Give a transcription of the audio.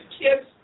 kids